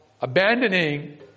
abandoning